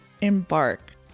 embark